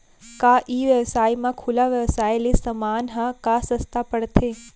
का ई व्यवसाय म खुला व्यवसाय ले समान ह का सस्ता पढ़थे?